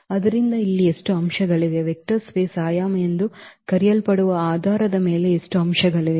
ಆದ್ದರಿಂದ ಇಲ್ಲಿ ಎಷ್ಟು ಅಂಶಗಳಿವೆ ವೆಕ್ಟರ್ ಸ್ಪೇಸ್ ಆಯಾಮ ಎಂದು ಕರೆಯಲ್ಪಡುವ ಆ ಆಧಾರದ ಮೇಲೆ ಎಷ್ಟು ಅಂಶಗಳಿವೆ